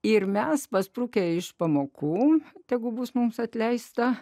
ir mes pasprukę iš pamokų tegu bus mums atleista